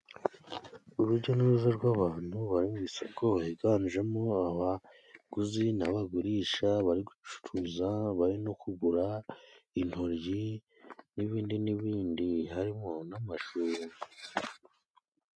Urujya n'uruza rw'abantu bari mu isoko, biganjemo abaguzi n'abagurisha, bari gucuruza, bari no kugura intoryi n'ibindi n'ibindi, harimo n'amashuka.